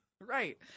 Right